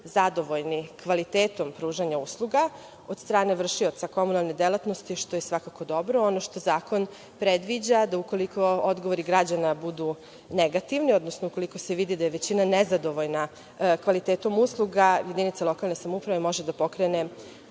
zadovoljni kvalitetom pružanja usluga od strane vršioca komunalne delatnosti, što je svakako dobro. Ono što zakon predviđa, ukoliko odgovori građana budu negativni, odnosno ako se vidi da je većina nezadovoljna kvalitetom usluga, jedinice lokalne samouprave mogu da pokrenu